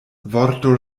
vorto